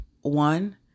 one